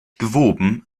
gewoben